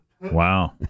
Wow